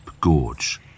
gorge